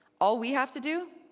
all we have to do,